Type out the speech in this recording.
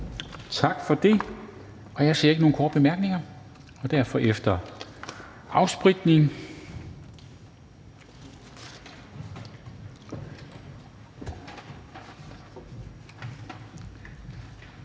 Tak for det. Jeg ser ikke nogen korte bemærkninger, og derfor kan vi efter afspritning